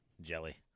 Jelly